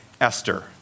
Esther